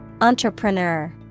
Entrepreneur